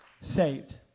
saved